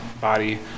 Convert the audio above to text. body